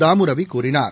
தாமு ரவி கூறினார்